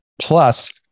plus